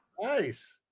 Nice